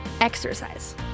exercise